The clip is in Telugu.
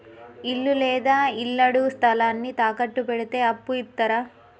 ఇల్లు లేదా ఇళ్లడుగు స్థలాన్ని తాకట్టు పెడితే అప్పు ఇత్తరా?